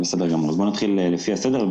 בואו נתחיל לפי הסדר.